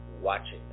watching